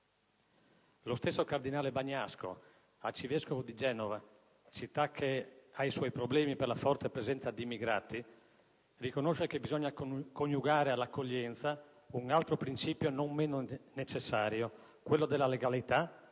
Lo stesso cardinale Bagnasco, arcivescovo di Genova (città che ha i suoi problemi per la forte presenza di immigrati), riconosce che bisogna coniugare all'accoglienza «un altro principio, non meno necessario, quello della legalità,